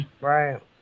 Right